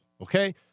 Okay